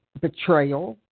betrayal